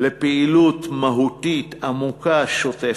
לפעילות מהותית, עמוקה, שוטפת.